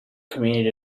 community